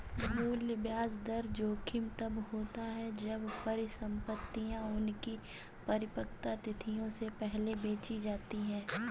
मूल्य ब्याज दर जोखिम तब होता है जब परिसंपतियाँ उनकी परिपक्वता तिथियों से पहले बेची जाती है